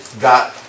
got